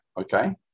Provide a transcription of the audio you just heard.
Okay